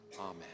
Amen